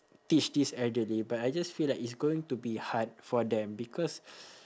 teach this elderly but I just feel like it's going to be hard for them because